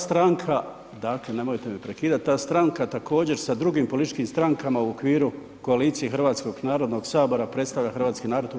Ta stranka, dakle nemojte me prekidat, ta stranka također sa drugim političkim strankama u okviru koalicije Hrvatskog narodnog sabora predstavlja hrvatski narod u BiH.